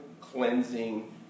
cleansing